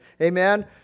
amen